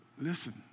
Listen